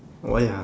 why ah